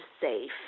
safe